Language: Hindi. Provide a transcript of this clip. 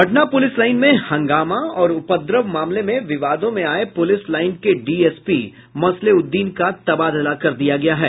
पटना पुलिस लाईन में हंगामा और उपद्रव मामले में विवादों में आये पुलिस लाईन के डीएसपी मसलेहउद्दीन का तबादला कर दिया गया है